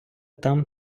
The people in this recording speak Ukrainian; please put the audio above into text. там